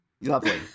Lovely